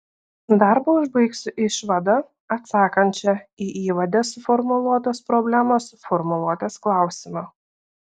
darbą užbaigsiu išvada atsakančia į įvade suformuluotos problemos formuluotės klausimą